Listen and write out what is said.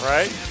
Right